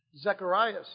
Zechariah